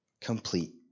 complete